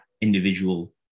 individual